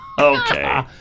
Okay